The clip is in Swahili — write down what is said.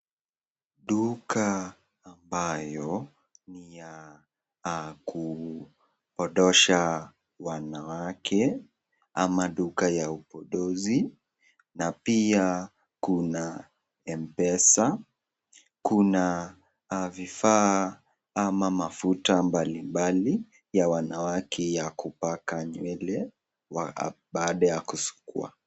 Duka ambayo ni ya ujipondozi wanawake au ama duka ya ujipondozi na pia kuna mpesa kuna vifaa vifaa ama mafuta mbalimbali ya kupaka baada ya kusuka